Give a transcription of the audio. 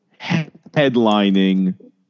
headlining